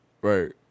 Right